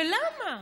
ולמה?